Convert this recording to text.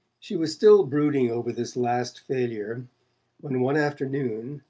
she was still brooding over this last failure when one afternoon,